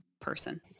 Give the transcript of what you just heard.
person